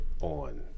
on